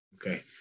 Okay